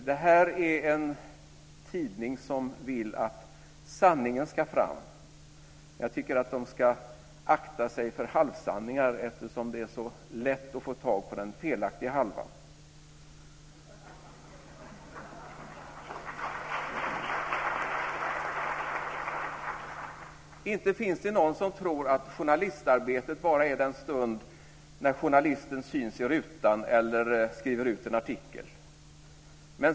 Det här är en tidning som vill att sanningen ska fram. Jag tycker att de ska akta sig för halvsanningar, eftersom det är så lätt att få tag på den felaktiga halvan. Inte finns det någon som tror att journalistarbetet bara är den stund när journalisten syns i rutan eller skriver ut en artikel.